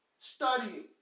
Studying